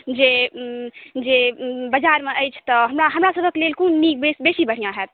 जे जे बाजारमे अछि तऽ हमरा हमरा सबहक लेल कोन नीक बेसी बढ़िआँ होयत